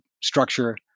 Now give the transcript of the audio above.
structure